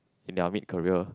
in their mid career